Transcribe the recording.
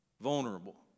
vulnerable